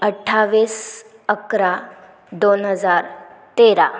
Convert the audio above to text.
अठ्ठावीस अकरा दोन हजार तेरा